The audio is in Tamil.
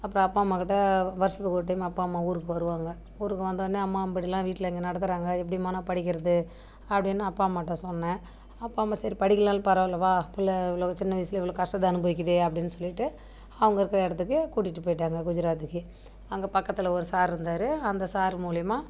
அப்றம் அப்பா அம்மா கிட்டே வருஷத்துக்கு ஒரு டைம் அப்பா அம்மா ஊருக்கு வருவாங்க ஊருக்கு வந்தோடனே அம்மாம்படிலாம் வீட்டில் இங்கே நடத்துகிறாங்க எப்படிம்மா நான் படிக்கிறது அப்படின்னு அப்பா அம்மாட்ட சொன்னேன் அப்பா அம்மா சரி படிக்கிலைனாலும் பரவாயில்ல வா பிள்ளை எவ்வளோ சின்ன வயசுல இவ்வளோ கஷ்டத்த அனுபவிக்குதே அப்டின்னு சொல்லிட்டு அவங்க இருக்கிற இடத்துக்கு கூட்டிட்டு போய்ட்டாங்க குஜராத்துக்கு அங்கே பக்கத்தில் ஒரு சார்ருந்தாரு அந்த சாரு மூலிமா